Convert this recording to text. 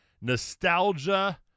nostalgia